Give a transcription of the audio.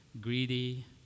greedy